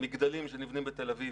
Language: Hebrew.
מגדלים שנבנים בתל אביב,